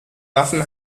waffen